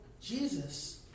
Jesus